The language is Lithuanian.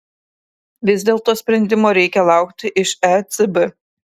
vis dėlto sprendimo reikia laukti iš ecb